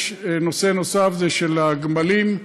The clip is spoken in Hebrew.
יש נושא נוסף, הגמלים: